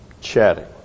chatting